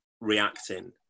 reacting